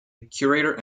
curator